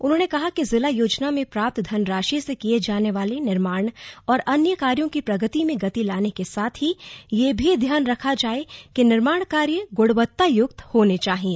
उन्होंने कहा कि जिला योजना में प्राप्त धनराशि से किये जाने वाले निर्माण और अन्य कायों की प्रगति में गति लाने के साथ ही यह भी ध्यान रखा जाए कि निर्माण कार्य गुणवत्ता युक्त होने चाहिए